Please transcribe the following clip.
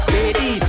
Baby